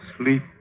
sleep